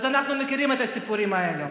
אז אנחנו מכירים את הסיפורים האלה.